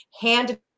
hand